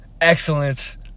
excellence